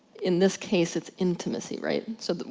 in this case it's intimacy right? so,